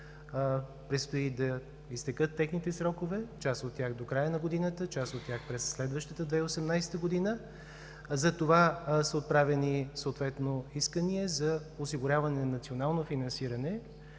предстои да изтекат техните срокове – част от тях до края на годината, част от тях през следващата 2018 г. Затова са отправени съответно искания за осигуряване на национално финансиране